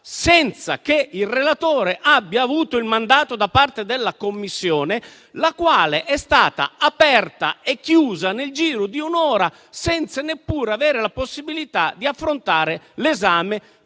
senza che il relatore abbia avuto il mandato da parte della Commissione, la quale è stata aperta e chiusa nel giro di un'ora, senza neppure avere la possibilità di affrontare l'esame